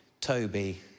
Toby